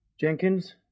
Jenkins